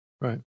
Right